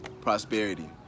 prosperity